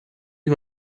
you